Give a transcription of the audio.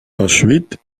ensuite